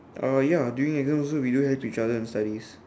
uh ya during exam also we do help each other in studies